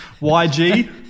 YG